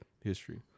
history